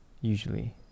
usually